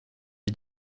est